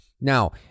now